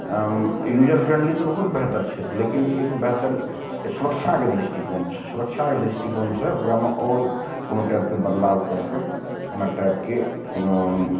user friendly तऽ बहुत बेहतर छैथ लेकिन एक बेहतर सुरक्षाके दृष्टिकोण सुरक्षाकए दृष्टिकोणसए ओकरा मऽ और कोनो टाइपके बदलाव कए कए एना टाइप के कोनो